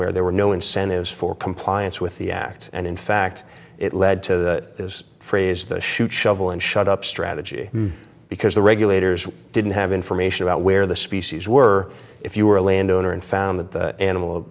where there were no incentives for compliance with the act and in fact it led to this phrase the shoot shovel and shut up strategy because the regulators didn't have information about where the species were if you were a land owner and found that the animal